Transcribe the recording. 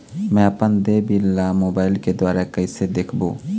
मैं अपन देय बिल ला मोबाइल के द्वारा कइसे देखबों?